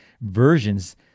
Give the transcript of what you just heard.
versions